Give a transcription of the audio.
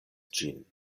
ĝin